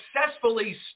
successfully